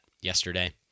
yesterday